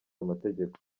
amategeko